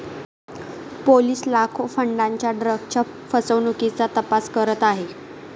police लाखो पौंडांच्या ड्रग्जच्या फसवणुकीचा तपास करत आहेत